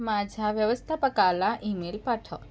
माझ्या व्यवस्थापकाला ईमेल पाठव